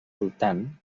voltant